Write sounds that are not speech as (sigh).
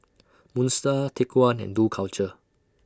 (noise) Moon STAR Take one and Dough Culture